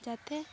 ᱡᱟᱛᱮ